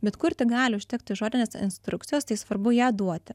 bet kur tik gali užtekti žodinės instrukcijos tai svarbu ją duoti